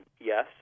Yes